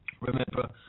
Remember